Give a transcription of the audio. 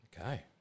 Okay